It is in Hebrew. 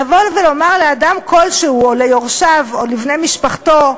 לבוא ולומר לאדם כלשהו או ליורשיו או לבני-משפחתו,